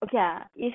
okay ah it's